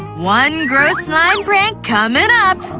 one gross slime prank comin' up!